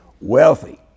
wealthy